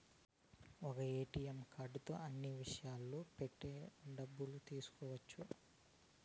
ఒక్క ఏటీఎం కార్డుతో అన్ని మిషన్లలో పెట్టి డబ్బులు తీసుకోవచ్చు